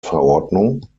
verordnung